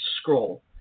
scroll